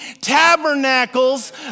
tabernacles